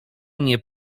nie